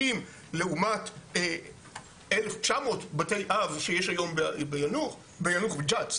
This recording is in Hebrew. לעומת 1,900 בתי אב שיש היום ביאנוח ג'ת.